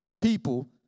people